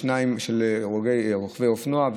שני רוכבי אופנוע,